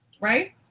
Right